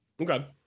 Okay